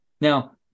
Now